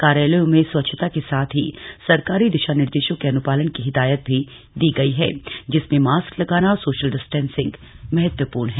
कार्यालयों में स्वच्छता के साथ ही सरकारी दिशा निर्देशों के अन्पालन की हिदायत भी दी गई है जिसमें मास्क लगाना और सोशल डिस्टेंसिंग महत्वपूर्ण है